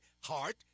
heart